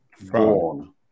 born